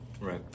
Right